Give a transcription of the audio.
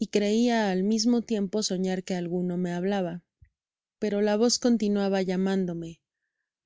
y creia al mismo tiempo sonar que alguno me hablaba pero la voz continuaba llamándome